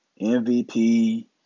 MVP